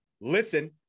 listen